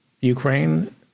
Ukraine